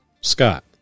Scott